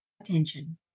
attention